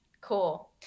cool